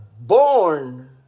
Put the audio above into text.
born